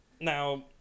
Now